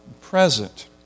present